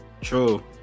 True